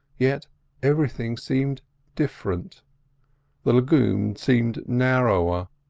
yet everything seemed different the lagoon seemed narrower,